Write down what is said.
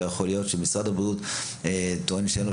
לא יכול להיות שמשרד הבריאות טוען שאין לו